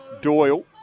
Doyle